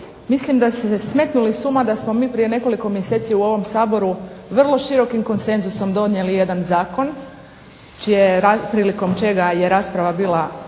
mislim da ste smetnuli s uma da smo mi prije nekoliko mjeseci u ovom Saboru vrlo širokim konsenzusom donijeli jedan zakon prilikom čega je rasprava bila vrlo